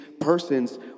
persons